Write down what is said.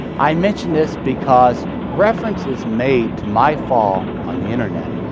i mention this because reference is made to my fall on the internet.